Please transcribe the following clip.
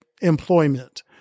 employment